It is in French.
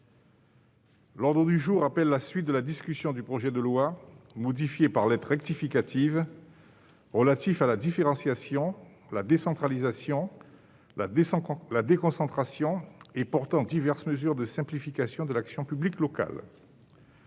L'ordre du jour appelle la discussion du projet de loi, modifié par lettre rectificative, relatif à la différenciation, la décentralisation, la déconcentration et portant diverses mesures de simplification de l'action publique locale